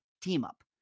team-up